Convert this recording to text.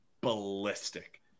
ballistic